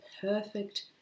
perfect